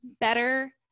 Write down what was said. better